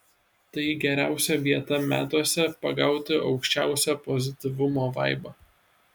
tai geriausia vieta metuose pagauti aukščiausią pozityvumo vaibą